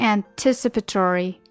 Anticipatory